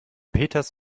peters